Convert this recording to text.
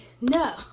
no